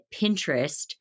Pinterest